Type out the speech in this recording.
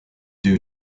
due